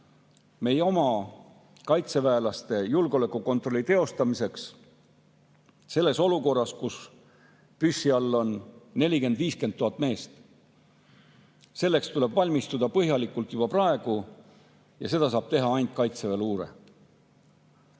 meie oma kaitseväelaste üle julgeolekukontrolli teostamiseks olukorras, kus püssi all on 40 000 – 50 000 meest. Selleks tuleb valmistuda põhjalikult juba praegu ja seda saab teha ainult kaitseväeluure.